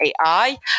AI